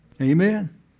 Amen